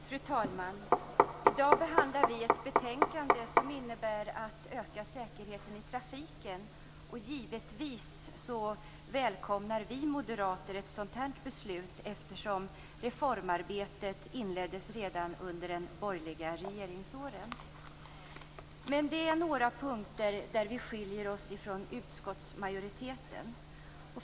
Fru talman! I dag behandlar vi ett betänkande som handlar om att öka säkerheten i trafiken. Givetvis välkomnar vi moderater ett sådant beslut, eftersom reformarbetet inleddes redan under de borgerliga regeringsåren. Men det finns några punkter där vi skiljer oss från utskottsmajoriteten.